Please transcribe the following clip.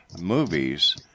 movies